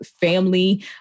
family